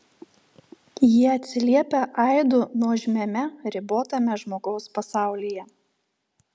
jie atsiliepia aidu nuožmiame ribotame žmogaus pasaulyje